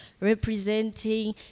representing